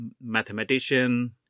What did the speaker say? mathematician